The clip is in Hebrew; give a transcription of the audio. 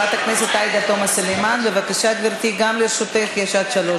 אני לא שכחתי מה זה להיות יהודי, זהבה.